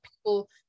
people